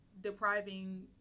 depriving